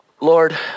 Lord